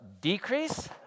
decrease